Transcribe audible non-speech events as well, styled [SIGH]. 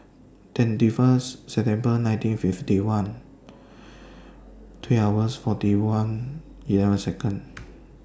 twenty First September nineteen fifty one three hours forty one eleven Seconds [NOISE]